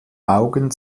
augen